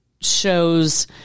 shows